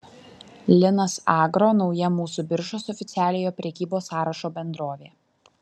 linas agro nauja mūsų biržos oficialiojo prekybos sąrašo bendrovė